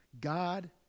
God